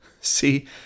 See